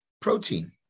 Protein